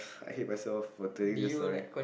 I hate myself for telling this story